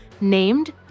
named